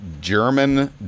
German